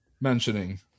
mentioning